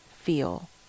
feel